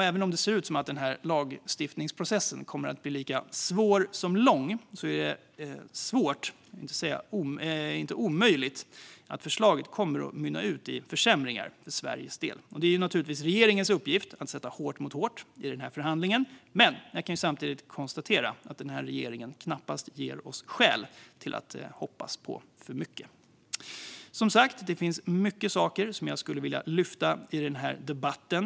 Även om det ser ut som att lagstiftningsprocessen kommer att bli lika svår som lång är det inte omöjligt att förslaget mynnar ut i försämringar för Sveriges del. Det är regeringens uppgift att sätta hårt mot hårt i förhandlingen, men jag kan konstatera att den här regeringen knappast har gett oss skäl att hoppas alltför mycket. Som sagt finns det mycket mer som jag skulle vilja ta upp i den här debatten.